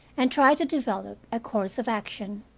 and tried to develop a course of action.